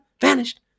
vanished